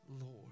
Lord